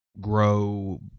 grow